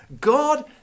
God